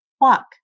Walk